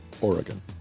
Oregon